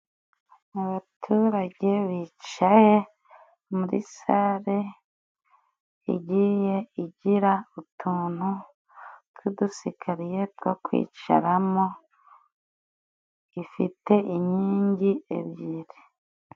Abaturage bicaye muri sale, igiye igira utuntu tw'udusikariye two kwicaramo ifite inkingi ebyiri.